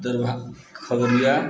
दर्भ Khagaria